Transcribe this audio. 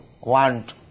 want